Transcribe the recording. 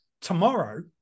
tomorrow